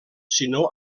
sinó